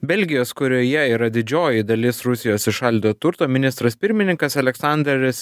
belgijos kurioje yra didžioji dalis rusijos įšaldyto turto ministras pirmininkas aleksandras